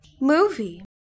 movie